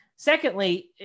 Secondly